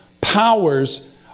powers